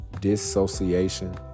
Dissociation